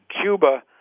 Cuba